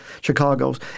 Chicago's